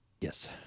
yes